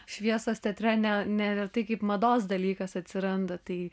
šviesos teatre ne neretai kaip mados dalykas atsiranda tai